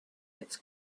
its